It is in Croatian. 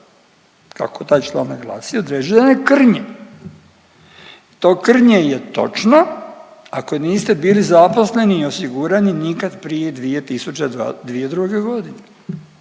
kako taj članak glasi, određena je krnje. To krnje je točno ako niste bili zaposleni i osigurani nikad prije 2022. godine.